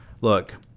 Look